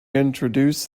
introduce